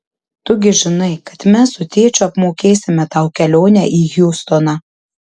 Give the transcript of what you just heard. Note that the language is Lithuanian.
tu gi žinai kad mes su tėčiu apmokėsime tau kelionę į hjustoną